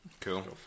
cool